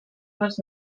les